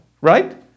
right